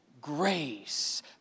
grace